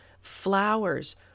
flowers